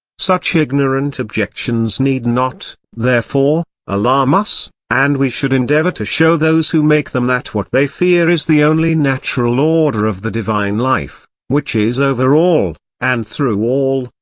such ignorant objections need not, therefore, alarm us and we should endeavour to show those who make them that what they fear is the only natural order of the divine life, which is over all, all, and through all,